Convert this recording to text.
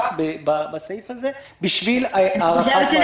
בסעיף הזה בתקש"ח בשביל הארכת מעצר.